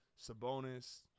Sabonis